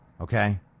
Okay